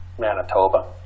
Manitoba